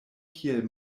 kiel